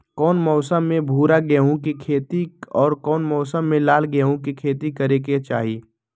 कौन मौसम में भूरा गेहूं के खेती और कौन मौसम मे लाल गेंहू के खेती करे के चाहि?